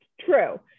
true